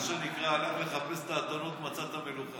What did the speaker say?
מה שנקרא, הלך לחפש את האתונות, מצא את המלוכה.